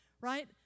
right